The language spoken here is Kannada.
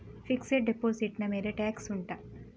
ಫಿಕ್ಸೆಡ್ ಡೆಪೋಸಿಟ್ ನ ಮೇಲೆ ಟ್ಯಾಕ್ಸ್ ಉಂಟಾ